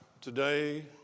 Today